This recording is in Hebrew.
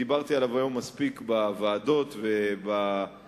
דיברתי עליו היום מספיק בוועדות ובשדולה,